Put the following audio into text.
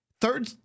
third